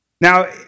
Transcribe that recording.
Now